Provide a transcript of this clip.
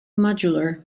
modular